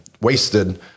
wasted